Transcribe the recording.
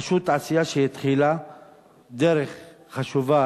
פשוט עשייה שהתחילה דרך חשובה,